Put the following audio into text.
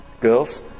Girls